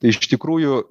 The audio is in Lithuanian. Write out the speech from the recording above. tai iš tikrųjų